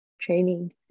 training